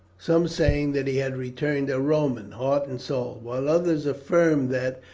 some saying that he had returned a roman heart and soul, while others affirmed that,